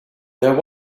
there